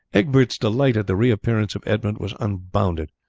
egbert's delight at the reappearance of edmund was unbounded,